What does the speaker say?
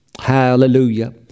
Hallelujah